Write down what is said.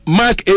mark